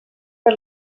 per